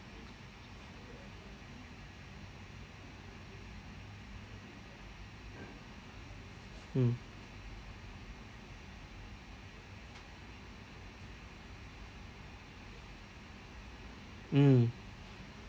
mm mm